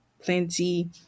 plenty